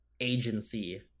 agency